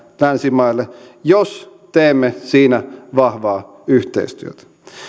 länsimaille jos teemme siinä vahvaa yhteistyötä